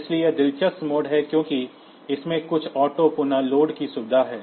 इसलिए यह दिलचस्प मोड है क्योंकि इसमें कुछ ऑटो पुनः लोड की सुविधा है